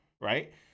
Right